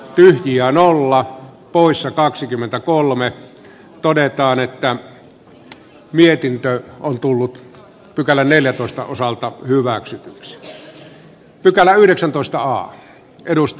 työn ja nolla a poissa kaksikymmentä kolme mika lintilä on esko kivirannan kannattamana ehdottanut että pykälä hyväksytään vastalauseen mukaisena